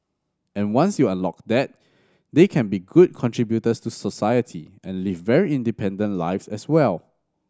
and once you unlock that they can be good contributors to society and live very independent lives as well